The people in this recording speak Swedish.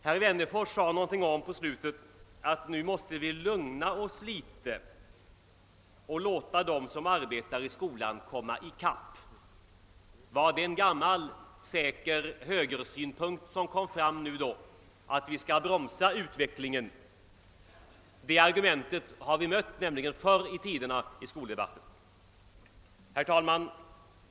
Herr Wennerfors sade någonting i slutet av sitt anförande om att vi nu måste lugna oss litet och låta dem som arbetar i skolan komma i kapp. Var det en gammal säker högersynpunkt som där kom fram, att vi skall bromsa utvecklingen? Det argumentet har vi nämligen mött förr 1 tiden i skoldebatter. Herr talman!